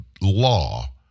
law